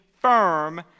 firm